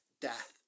death